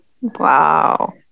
Wow